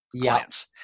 clients